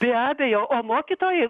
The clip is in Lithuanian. be abejo o mokytojai